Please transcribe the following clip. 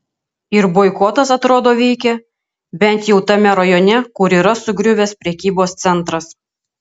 ir boikotas atrodo veikia bent jau tame rajone kur yra sugriuvęs prekybos centras